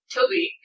Toby